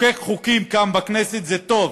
לחוקק כאן בכנסת חוקים זה טוב,